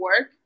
work